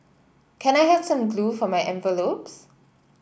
can I have some glue for my envelopes